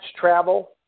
travel